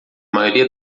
maioria